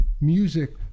music